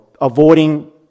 avoiding